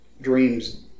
dreams